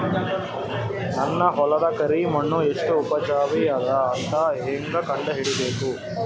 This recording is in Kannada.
ನನ್ನ ಹೊಲದ ಕರಿ ಮಣ್ಣು ಎಷ್ಟು ಉಪಜಾವಿ ಅದ ಅಂತ ಹೇಂಗ ಕಂಡ ಹಿಡಿಬೇಕು?